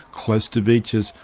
close to beaches,